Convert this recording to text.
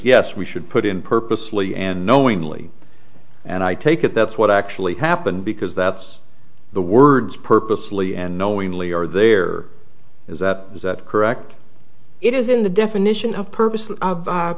yes we should put in purposely and knowingly and i take it that's what actually happened because that's the words purposely and knowingly are there is that is that correct it is in the definition of purpose